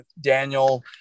Daniel